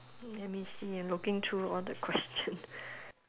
let me see I'm looking through all the question